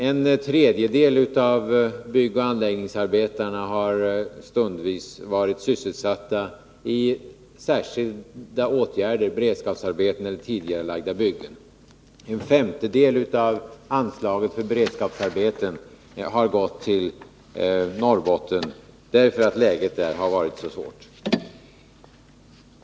En tredjedel av byggoch anläggningsarbetarna har stundvis varit sysselsatta i särskilda åtgärder, beredskapsarbeten eller tidigarelagda byggen. En femtedel av anslaget för beredskapsarbeten har gått till Norrbotten, därför att läget där har varit så svårt.